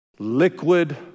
liquid